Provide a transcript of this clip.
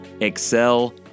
excel